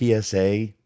PSA